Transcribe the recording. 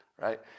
right